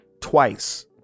twice